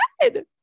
good